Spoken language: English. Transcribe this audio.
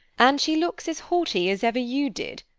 and she looks as haughty as ever you did,